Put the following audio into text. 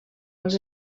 als